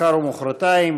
מחר ומחרתיים,